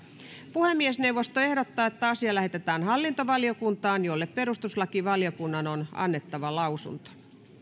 puhemiesneuvosto ehdottaa että asia lähetetään hallintovaliokuntaan jolle perustuslakivaliokunnan on annettava lausunto